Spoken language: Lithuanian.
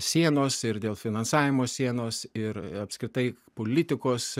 sienos ir dėl finansavimo sienos ir apskritai politikos